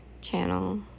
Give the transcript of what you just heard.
channel